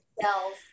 cells